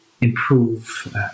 improve